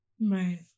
right